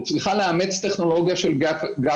אלא היא צריכה לאמץ טכנולוגיה של גאפל.